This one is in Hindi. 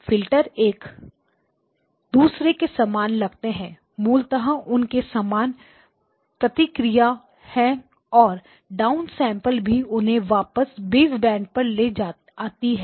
फिल्टर एक दूसरे के समान लगते हैं मूलतः उनकी समान प्रतिक्रिया है और डाउनसेंपलिंग भी उन्हें वापस बेसबैंड पर ले आती है